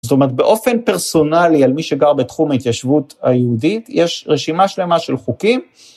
זאת אומרת באופן פרסונלי על מי שגר בתחום ההתיישבות היהודית יש רשימה שלמה של חוקים.